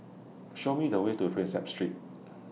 Show Me The Way to Prinsep Street